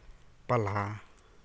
ᱯᱟᱞᱦᱟ